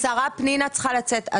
השרה פנינה תמנו צריכה לצאת.